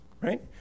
right